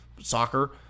soccer